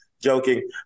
joking